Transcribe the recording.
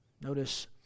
Notice